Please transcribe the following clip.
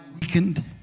weakened